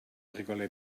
rigolait